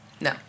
no